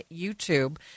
YouTube